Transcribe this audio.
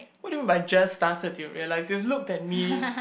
what do you mean by just started to realise you look at me